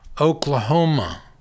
Oklahoma